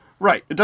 Right